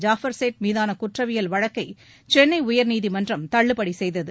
ஜாஃபர் சேட் மீதான குற்றவியல் வழக்கை சென்னை உயர்நீதிமன்றம் தள்ளுபடி செய்தது